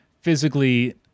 physically